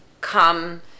come